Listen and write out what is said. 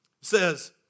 says